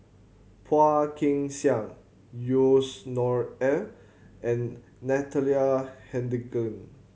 Phua Kin Siang Yusnor Ef and Natalie Hennedige